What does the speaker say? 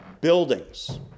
buildings